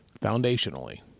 foundationally